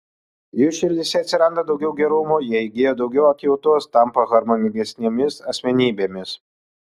jų širdyse atsiranda daugiau gerumo jie įgyja daugiau atjautos tampa harmoningesnėmis asmenybėmis